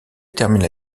terminent